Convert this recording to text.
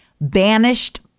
banished